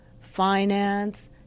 finance